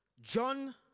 John